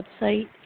website